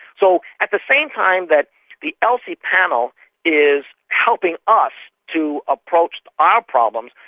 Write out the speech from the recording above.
so at the same time that the elsi panel is helping us to approach our problems,